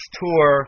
tour